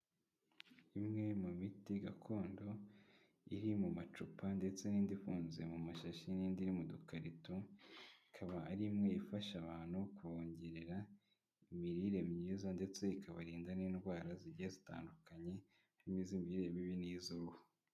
Imwe mu miti gakondo iri mu macupa ndetse n'indi ifunze mu mashashi n'indi iri mu dukarito, ikaba ari imwe ifasha abantu kubongerera imirire myiza, ndetse ikabarinda n'indwara zigiye zitandukanye harimo iz'imirire mibi n'iz'uruhu.